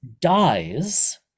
dies